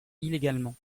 illégalement